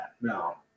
no